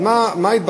אבל מה התברר?